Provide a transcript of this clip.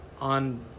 on